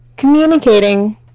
Communicating